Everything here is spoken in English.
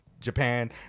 japan